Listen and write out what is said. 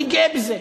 אני גאה בזה.